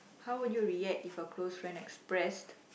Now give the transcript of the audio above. how would you react if a close friend expressed